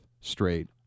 straight